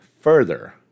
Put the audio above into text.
further